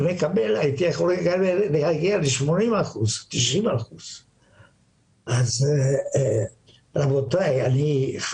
יכול להגיע ל-80% או 90%. אני לא אגיד,